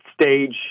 stage